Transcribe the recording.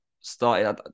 started